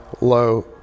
low